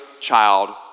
child